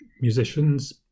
musicians